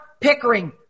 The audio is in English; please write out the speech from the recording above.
Pickering